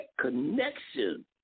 connection